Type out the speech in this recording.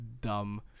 dumb